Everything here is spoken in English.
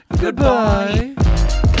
Goodbye